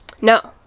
no